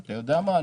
- אתה יודע מה?